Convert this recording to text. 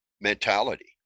mentality